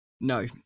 No